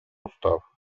устав